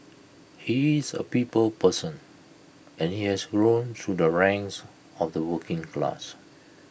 he is A people's person and he has grown through the ranks of the working class